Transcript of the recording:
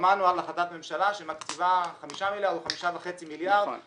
שמענו על החלטת ממשלה שמקציבה 5 מיליארד או 5.5 מיליארד שקלים